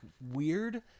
weird